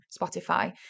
Spotify